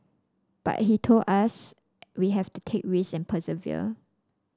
but told us we have to take risk and persevere